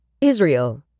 Israel